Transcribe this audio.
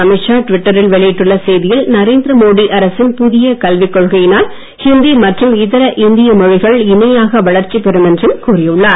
அமித் ஷா டுவிட்டரில் வெளியிட்டுள்ள செய்தியில் நரேந்திர மோடி அரசின் புதிய கல்விக் கொள்கையினால் ஹிந்தி மற்றும் இதர இந்திய மொழிகள் இணையாக வளர்ச்சி பெறும் என்று கூறியுள்ளார்